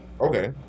Okay